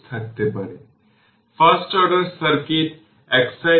এখন আমি কিছু ব্যাখ্যায় আসব